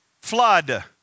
flood